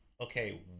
Okay